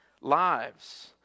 lives